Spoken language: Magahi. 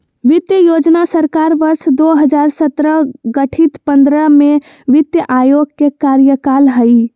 वित्त योजना सरकार वर्ष दो हजार सत्रह गठित पंद्रह में वित्त आयोग के कार्यकाल हइ